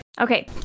Okay